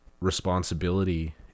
responsibility